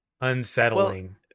unsettling